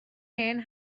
hen